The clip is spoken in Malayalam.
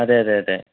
അതെ അതെ അതെ